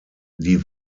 die